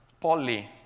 Polly